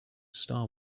star